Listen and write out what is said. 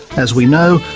as we know,